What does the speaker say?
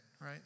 right